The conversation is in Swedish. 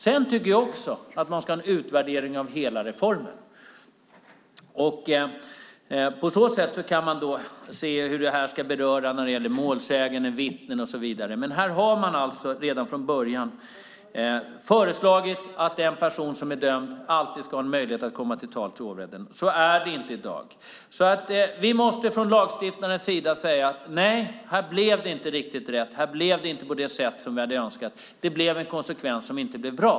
Sedan tycker jag också att man ska ha en utvärdering av hela reformen. På så sätt kan man se hur detta berör målsägande, vittnen och så vidare. Men här har man alltså redan från början föreslagit att den person som är dömd alltid ska ha en möjlighet att komma till tals i hovrätten. Så är det inte i dag. Vi måste från lagstiftarens sida säga: Nej, här blev det inte riktigt rätt. Här blev det inte på det sätt som vi hade önskat. Konsekvensen blev inte bra.